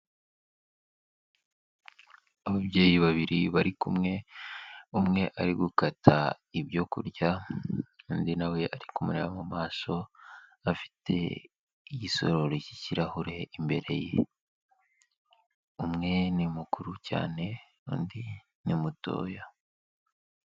Ababyeyi babiri bari kumwe umwe ari gukata ibyo kurya, undi nawe ari kumureba mu maso afite igisororo cy'kirahure imbere ye, umwe ni mukuru cyane undi ni mutoya.